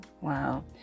Wow